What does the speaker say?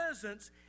presence